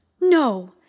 No